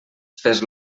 fes